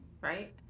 right